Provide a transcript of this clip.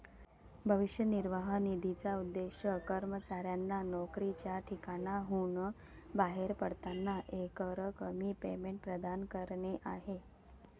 भविष्य निर्वाह निधीचा उद्देश कर्मचाऱ्यांना नोकरीच्या ठिकाणाहून बाहेर पडताना एकरकमी पेमेंट प्रदान करणे आहे